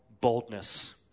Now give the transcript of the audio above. boldness